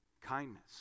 kindness